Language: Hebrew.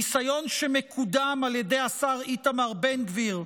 ניסיון שמקודם על ידי השר איתמר בן גביר,